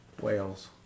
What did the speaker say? Wales